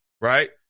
Right